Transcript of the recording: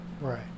right